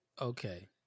Okay